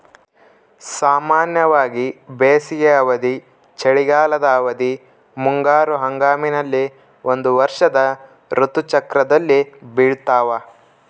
ಸಾಮಾನ್ಯವಾಗಿ ಬೇಸಿಗೆ ಅವಧಿ, ಚಳಿಗಾಲದ ಅವಧಿ, ಮುಂಗಾರು ಹಂಗಾಮಿನಲ್ಲಿ ಒಂದು ವರ್ಷದ ಋತು ಚಕ್ರದಲ್ಲಿ ಬೆಳ್ತಾವ